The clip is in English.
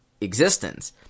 existence